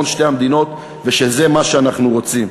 שתי המדינות ושזה מה שאנחנו רוצים.